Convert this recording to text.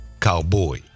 Cowboy